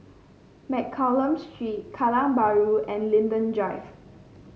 Mccallum Street Kallang Bahru and Linden Drive